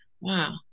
Wow